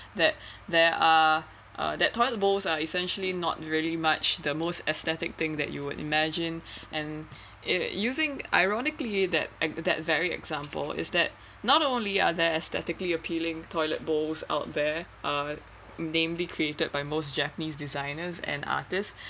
that there are uh that toilet bowls are essentially not really much the most aesthetic thing that you would imagine and it using ironically that at that very example is that not only are their aesthetically appealing toilet bowls out there uh mainly created by most japanese designers and artists